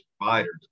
providers